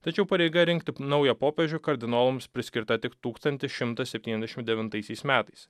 tačiau pareiga rinkti naują popiežių kardinolams priskirta tik tūkstantis šimtas septyniasdešim devintaisiais metais